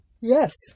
yes